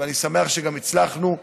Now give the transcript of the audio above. ואני שמח שגם הצלחנו,